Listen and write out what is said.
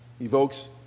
evokes